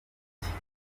mufite